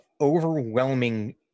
overwhelming